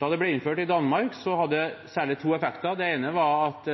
Da det ble innført i Danmark, hadde det særlig to effekter. Det ene var at